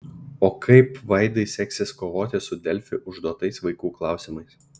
o kaip vaidai seksis kovoti su delfi užduotais vaikų klausimais